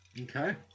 Okay